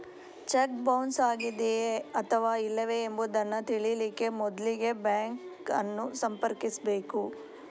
check bounce ಆಗಿದೆಯೇ ಅಥವಾ ಇಲ್ಲವೇ ಎಂಬುದನ್ನ ತಿಳೀಲಿಕ್ಕೆ ಮೊದ್ಲಿಗೆ ಬ್ಯಾಂಕ್ ಅನ್ನು ಸಂಪರ್ಕಿಸ್ಬೇಕು